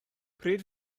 pryd